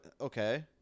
okay